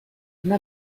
una